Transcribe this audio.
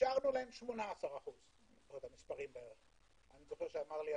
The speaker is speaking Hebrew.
אישרנו להם 18%. אני זוכר שפרידמן,